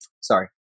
Sorry